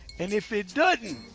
and if it doesn't,